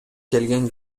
келген